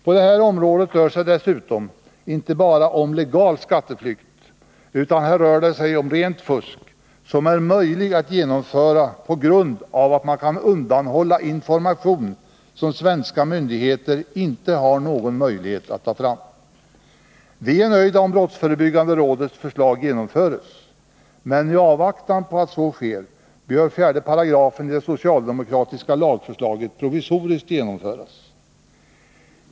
På detta område rör det sig dessutom inte bara om legal skatteflykt, utan här rör det sig om rent fusk som är möjligt att genomföra på grund av att man kan undanhålla information som svenska myndigheter inte har någon möjlighet att ta fram. Vi är nöjda om brottsförebyggande rådets förslag genomförs, men i avvaktan på att så sker bör 4 § i det socialdemokratiska lagförslaget provisoriskt genomföras.